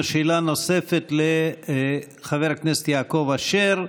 שאלה נוספת לחבר הכנסת יעקב אשר,